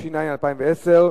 התש"ע 2010,